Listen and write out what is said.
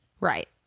Right